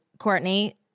courtney